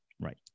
Right